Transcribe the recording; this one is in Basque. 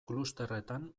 klusterretan